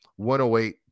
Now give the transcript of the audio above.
108